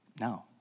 No